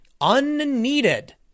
unneeded